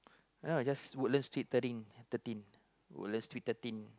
yeah just Woodlands street thirteen thirteen Woodlands street thirteen